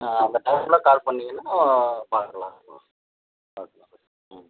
ஆ அந்த டைமில் கால் பண்ணீங்கன்னா பார்க்கலாம் ம்